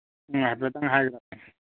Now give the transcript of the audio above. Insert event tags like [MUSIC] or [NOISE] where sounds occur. ꯎꯝ ꯍꯥꯏꯐꯦꯠꯇꯪ [UNINTELLIGIBLE]